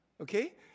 okay